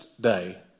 day